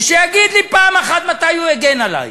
ושיגיד לי פעם אחת מתי הוא הגן עלי,